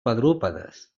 quadrúpedes